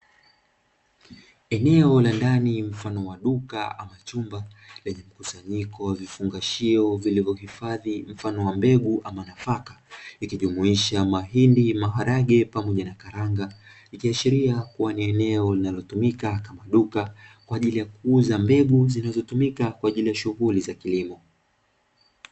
Eneo la ndani mfano wa duka ama chumba lenye mkusanyiko wa vifungashio vilivyohifadhi mfano wa mbegu ama nafaka, ikijumuisha mahindi, maharage pamoja na karanga, ikiashiria kuwa ni eneo linalotumika kama duka kwa ajili ya kuuza mbegu zinazotumika kwa ajili ya shughuli za kilimo.